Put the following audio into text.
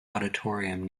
auditorium